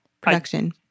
production